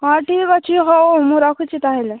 ହଁ ଠିକ୍ ଅଛି ହଉ ମୁଁ ରଖୁଛି ତାହାଲେ